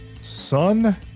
son